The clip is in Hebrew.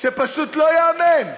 פשוט לא ייאמן: